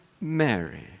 Mary